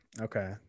Okay